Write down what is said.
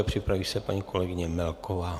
Připraví se paní kolegyně Melková.